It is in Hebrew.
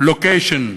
לוקיישן וטיים,